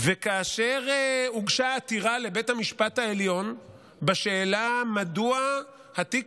כאשר הוגשה עתירה לבית המשפט העליון בשאלה מדוע התיק